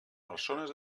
persones